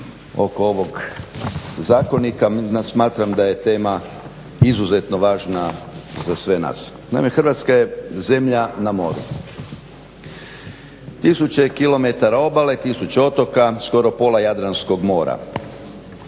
oko ovog zakonika. Smatram da je tema izuzetno važna za sve nas. Naime, Hrvatska je zemlja na moru. Tisuće kilometara obale, tisuće otoka, skoro pola Jadranskog mora